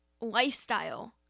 lifestyle